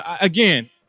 again